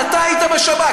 אוחנה, אתה היית בשב"כ.